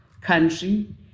country